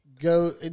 go